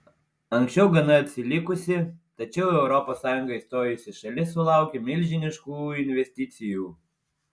anksčiau gana atsilikusi tačiau į europos sąjungą įstojusi šalis sulaukia milžiniškų investicijų